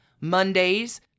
Mondays